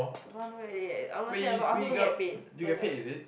I don't want do already eh honestly I also I also don't get paid